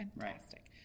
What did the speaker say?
Fantastic